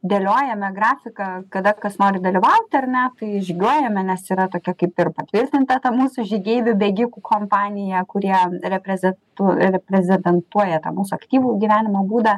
dėliojame grafiką kada kas nori dalyvaut ar ne tai žygiuojame nes yra tokia kaip ir patvirtinta ta mūsų žygeivių bėgikų kompanija kurie reprezentu reprezententuoja tą mūsų aktyvų gyvenimo būdą